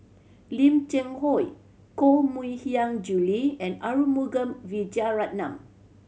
Lim Cheng Hoe Koh Mui Hiang Julie and Arumugam Vijiaratnam